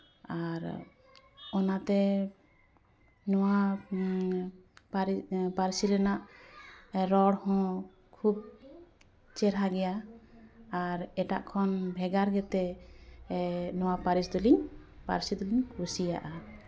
ᱟᱨ ᱚᱱᱟᱛᱮ ᱱᱚᱣᱟ ᱯᱟᱹᱨᱥᱤ ᱨᱮᱱᱟᱜ ᱨᱚᱲ ᱦᱚᱸ ᱠᱷᱩᱵ ᱪᱮᱨᱦᱟ ᱜᱮᱭᱟ ᱟᱨ ᱮᱴᱟᱜ ᱠᱷᱚᱱ ᱵᱷᱮᱜᱟᱨ ᱜᱮᱛᱮ ᱱᱚᱣᱟ ᱯᱟᱹᱨᱤᱥ ᱫᱚᱞᱤᱧ ᱯᱟᱨᱥᱤ ᱫᱚᱞᱤᱧ ᱠᱩᱥᱤᱭᱟᱜᱼᱟ